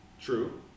True